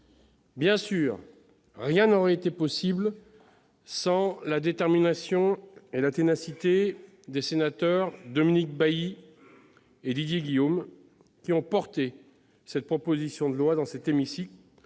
Bien sûr, rien n'aurait été possible sans la détermination et la ténacité des sénateurs Dominique Bailly et Didier Guillaume, qui ont porté cette proposition de loi dans cet hémicycle,